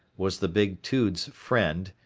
was the big tude's friend,